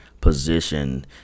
position